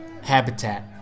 habitat